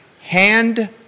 hand